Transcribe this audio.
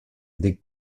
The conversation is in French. des